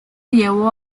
llevó